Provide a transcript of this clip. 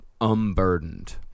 unburdened